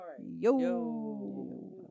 Yo